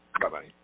Bye-bye